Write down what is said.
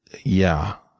yeah.